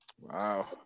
Wow